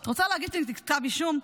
את רוצה להגיד נגדי כתב אישום?